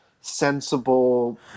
sensible